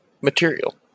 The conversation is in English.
material